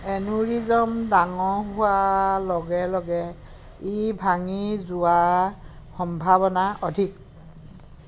aneurysm ডাঙৰ হোৱাৰ লগে লগে ই ভাঙি যোৱাৰ সম্ভাৱনা অধিক